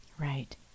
Right